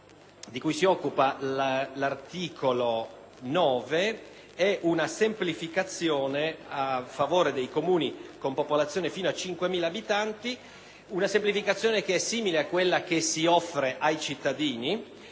di cui si occupa l'articolo 9 è una semplificazione a favore dei Comuni con popolazione fino a 5.000 abitanti, simile a quella che si offre ai cittadini;